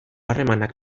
harremanak